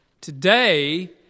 today